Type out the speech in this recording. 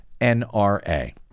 NRA